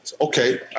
okay